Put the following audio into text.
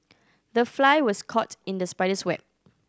the fly was caught in the spider's web